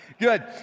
Good